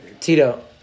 Tito